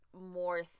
more